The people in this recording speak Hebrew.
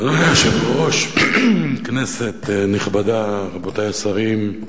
אדוני היושב-ראש, כנסת נכבדה, רבותי השרים,